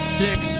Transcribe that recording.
six